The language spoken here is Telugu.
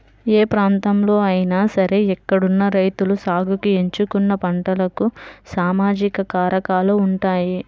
ఏ ప్రాంతంలో అయినా సరే అక్కడున్న రైతులు సాగుకి ఎంచుకున్న పంటలకు సామాజిక కారకాలు ఉంటాయి